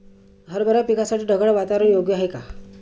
हरभरा पिकासाठी ढगाळ वातावरण योग्य आहे का?